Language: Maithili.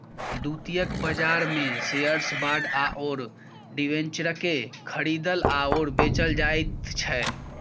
द्वितीयक बाजारमे शेअर्स बाँड आओर डिबेंचरकेँ खरीदल आओर बेचल जाइत छै